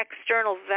external